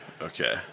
Okay